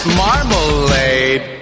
marmalade